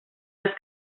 las